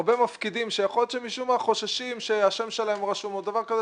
הרבה מפקידים שיכול להיות שמשום מה חוששים שהשם שלהם רשום או דבר כזה,